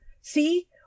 See